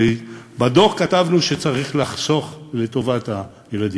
בדוח כתבנו שצריך לחסוך לטובת הילדים,